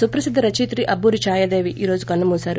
సుప్రసిద్ద రచయిత్రి అబ్బూరి ఛాయాదేవి ఈ రోజు కన్నుమూశారు